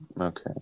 Okay